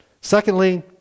Secondly